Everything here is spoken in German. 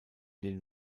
den